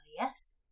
Yes